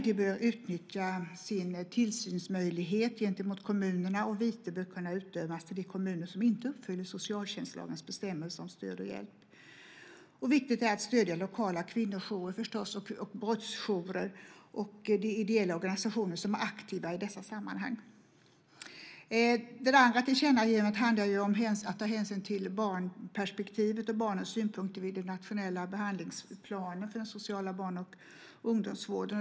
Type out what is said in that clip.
De bör utnyttja sin tillsynsmöjlighet gentemot kommunerna. Vite bör kunna utdömas till de kommuner som inte uppfyller socialtjänstlagens bestämmelser om stöd och hjälp. Viktigt är förstås att stödja lokala kvinnojourer, brottsjourer och de ideella organisationer som är aktiva i dessa sammanhang. Det andra tillkännagivandet handlar om att ta hänsyn till barnperspektivet och barnens synpunkter i den nationella handlingsplanen för den sociala barn och ungdomsvården.